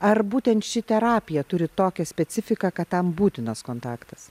ar būtent ši terapija turi tokią specifiką kad tam būtinas kontaktas